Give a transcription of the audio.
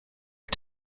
are